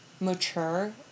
mature